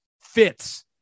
fits